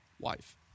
wife